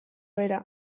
bera